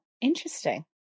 interesting